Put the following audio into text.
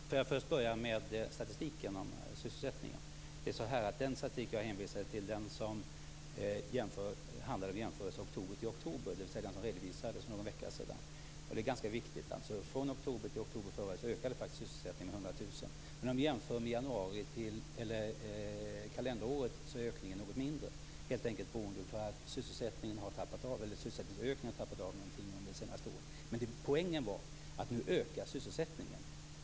Fru talman! Jag skall börja med att ta upp statistiken om sysselsättningen. Den statistik som jag hänvisade till handlar om jämförelser från oktober till oktober. Den redovisades för någon vecka sedan. Från oktober 1997 till oktober 1998 ökade faktiskt sysselsättningen med 100 000. Men om vi jämför det med kalenderåret 1998 så är ökningen något mindre för kalenderåret därför att sysselsättningsökningen har trappats av något under det senaste året. Men poängen var att nu ökar sysselsättningen.